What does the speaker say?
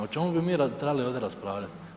O čemu bi mi trebali ovdje raspravljat?